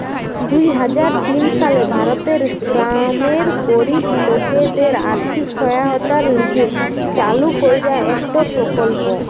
দুই হাজার তিন সালে ভারতের গ্রামের গরিব লোকদের আর্থিক সহায়তার লিগে চালু কইরা একটো প্রকল্প